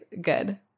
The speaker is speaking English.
good